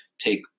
take